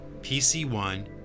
PC1